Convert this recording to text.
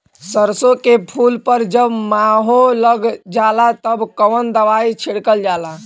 सरसो के फूल पर जब माहो लग जाला तब कवन दवाई छिड़कल जाला?